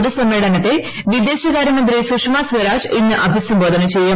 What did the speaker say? പൊതുസമ്മേളനത്തെ വിദേശകാരൃ മന്ത്രി സുഷമസ്വരാജ് ഇന്ന് അഭിസംബോധന ചെയ്യും